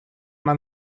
man